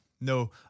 no